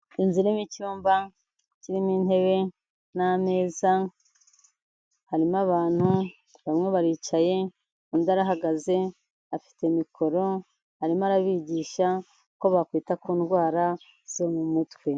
Inzu irimo icyumba kirimo intebe n'ameza harimo abantu bamwe baricaye undi arahagaze afite mikoro arimo arabigisha ko bakwita ku ndwara zo mu mutwe.